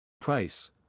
Price